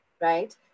right